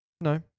No